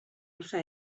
wrtha